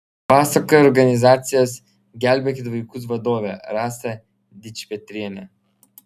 pasakoja organizacijos gelbėkit vaikus vadovė rasa dičpetrienė